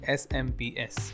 smps